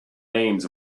names